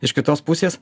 iš kitos pusės